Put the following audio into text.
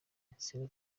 insinga